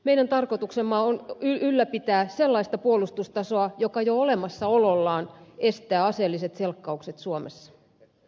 meidän tarkoituksemme on ylläpitää sellaista puolustustasoa joka jo olemassaolollaan estää aseelliset selkkaukset suomessa